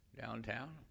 downtown